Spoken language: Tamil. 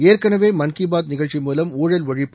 ஏற்கெனவே மன் கி பாத் நிகழ்ச்சி மூலம் ஊழல் ஒழிப்பு